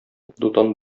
дутан